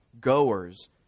goers